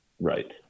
Right